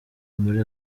muri